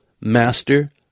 master